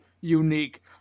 unique